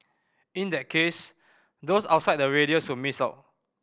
in that case those outside the radius would miss out